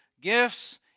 gifts